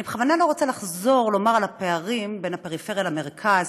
אני בכוונה לא רוצה לחזור ולדבר על הפערים בין הפריפריה למרכז,